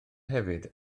hefyd